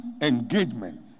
engagement